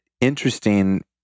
interesting